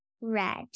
red